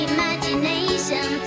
Imagination